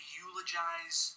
eulogize